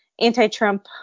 anti-Trump